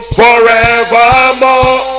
forevermore